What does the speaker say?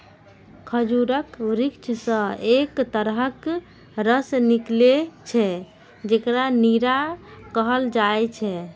खजूरक वृक्ष सं एक तरहक रस निकलै छै, जेकरा नीरा कहल जाइ छै